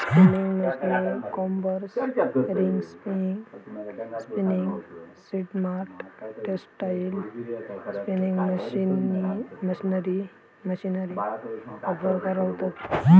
spinning मशीनीक combers, ring spinning सिस्टमाक textile spinning machinery offer करतव